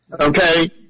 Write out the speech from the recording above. Okay